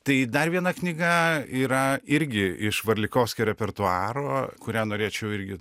tai dar viena knyga yra irgi iš varlikovskio repertuaro kurią norėčiau irgi